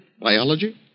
Biology